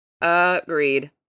Agreed